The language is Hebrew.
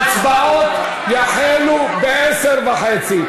ההצבעות יחלו ב-22:30.